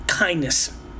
Kindness